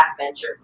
Ventures